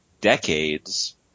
decades